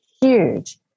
huge